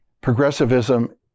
progressivism